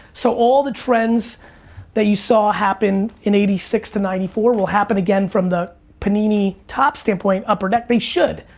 so all the trends that you saw happen in eighty six to ninety four will happen again from the panini, topp standpoint, upper deck, they should.